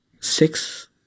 six